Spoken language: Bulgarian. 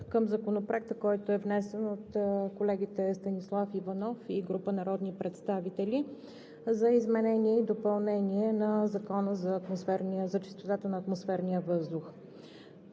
към Законопроекта, който е внесен от колегите Станислав Иванов и група народни представители, за изменение и допълнение на Закона за чистотата на атмосферния въздух.